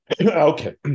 okay